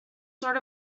sort